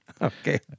okay